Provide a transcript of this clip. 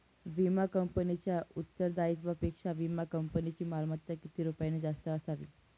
विमा कंपनीच्या उत्तरदायित्वापेक्षा विमा कंपनीची मालमत्ता किती रुपयांनी जास्त असावी?